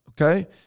Okay